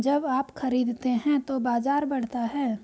जब आप खरीदते हैं तो बाजार बढ़ता है